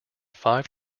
five